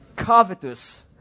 covetous